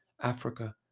Africa